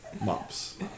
Mops